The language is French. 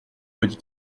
petit